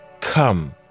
Come